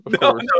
no